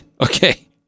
okay